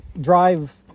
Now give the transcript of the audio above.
drive